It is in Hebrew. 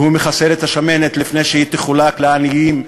והוא מחסל את השמנת לפני שהיא תחולק לעניים,